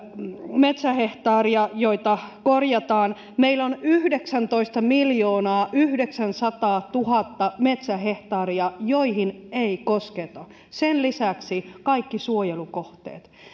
metsähehtaaria joita korjataan meillä on yhdeksäntoistamiljoonaayhdeksänsataatuhatta metsähehtaaria joihin ei kosketa ja sen lisäksi kaikki suojelukohteet